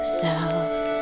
south